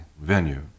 venue